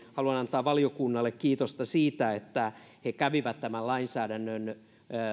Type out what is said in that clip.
haluan antaa valiokunnalle kiitosta siitä että he kävivät tämän lainsäädännön